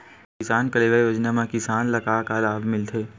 किसान कलेवा योजना म किसान ल का लाभ मिलथे?